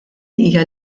hija